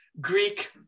Greek